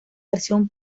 versión